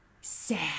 sad